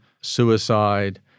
suicide